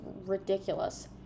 ridiculous